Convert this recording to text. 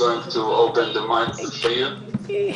בסרטונים בטיקטוק,